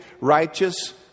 righteous